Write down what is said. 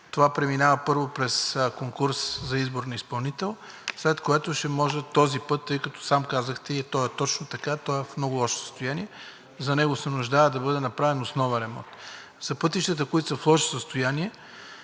Това преминава първо през конкурс за избор на изпълнител, след което ще може този път, сам казахте и то е точно така, той е в много лошо състояние и се нуждае да бъде направен основен ремонт. За пътищата, които са в лошо състояние,